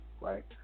right